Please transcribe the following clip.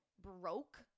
broke